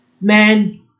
man